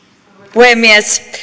puhemies